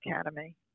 academy